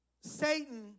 Satan